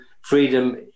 freedom